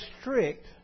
strict